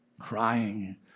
Crying